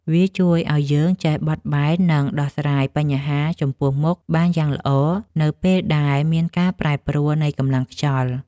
វាជួយឱ្យយើងចេះបត់បែន និងដោះស្រាយបញ្ហាចំពោះមុខបានយ៉ាងល្អ នៅពេលដែលមានការប្រែប្រួលនៃកម្លាំងខ្យល់។